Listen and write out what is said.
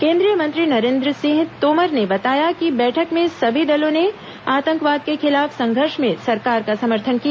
केन्द्रीय मंत्री नरेन्द्र सिंह तोमर ने बताया कि बैठक में सभी दलों ने आतंकवाद के खिलाफ संघर्ष में सरकार का समर्थन किया